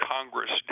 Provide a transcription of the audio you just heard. Congress